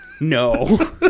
no